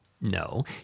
no